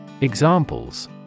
Examples